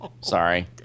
Sorry